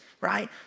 right